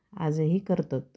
आजही करतात